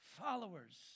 Followers